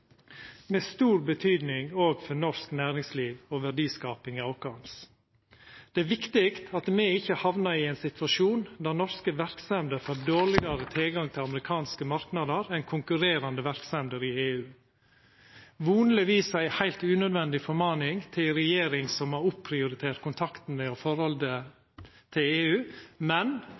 med stor betydning òg for norsk næringsliv og verdiskapinga vår. Det er viktig at me ikkje hamnar i ein situasjon der norske verksemder får dårlegare tilgang til amerikanske marknader enn konkurrerande verksemder i EU – det er vonleg ei heilt unødvendig formaning til ei regjering som har prioritert opp kontakten og forholdet til EU, men